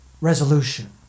resolution